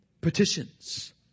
Petitions